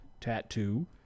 Tattoo